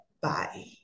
Bye